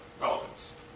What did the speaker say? relevance